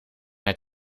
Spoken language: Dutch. haar